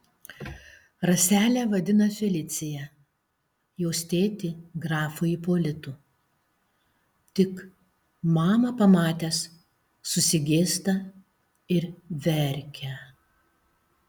raselę vadina felicija jos tėtį grafu ipolitu tik mamą pamatęs susigėsta ir verkia